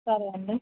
సరే అండి